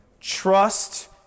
Trust